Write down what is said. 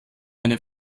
eine